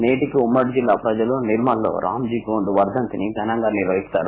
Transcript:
నేటికి ఉమ్మడి జిల్లా ప్రజలు నిర్మల్ లో రాంజీ గోండు వర్గంతిని ఘనంగా నిర్వహిస్తారు